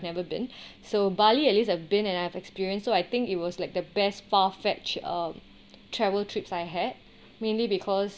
never been so bali at least I've been and I have experience so I think it was like the best far fetch uh travel trips I had mainly because